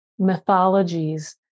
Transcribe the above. mythologies